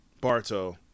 Barto